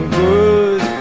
good